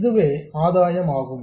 இதுவே ஆதாயம் ஆகும்